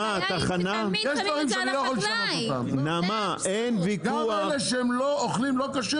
הבעיה היא שתמיד שמים את זה על --- גם אלה שאוכלים לא כשר